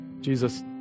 Jesus